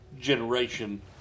generation